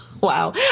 Wow